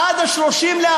עד 30 באפריל,